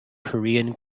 korean